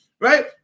right